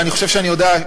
אבל אני חושב שאני יודע,